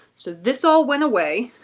so this all went away.